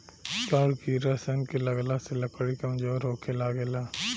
कड़ किड़ा सन के लगला से लकड़ी कमजोर होखे लागेला